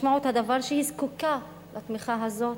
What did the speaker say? משמעות הדבר שהיא זקוקה לתמיכה הזאת